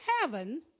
heaven